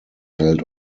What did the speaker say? held